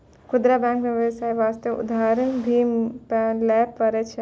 खुदरा बैंक मे बेबसाय बास्ते उधर भी लै पारै छै